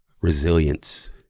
resilience